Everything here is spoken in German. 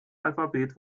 alphabet